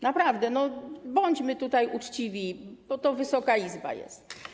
Naprawdę, bądźmy tutaj uczciwi, bo to Wysoka Izba jest.